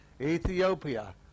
Ethiopia